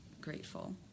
grateful